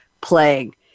playing